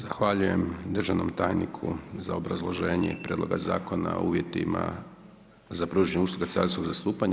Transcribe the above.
Zahvaljujem državnom tajniku za obrazloženje prijedloga zakona o uvjetima za pružanje usluga carinskog zastupanja.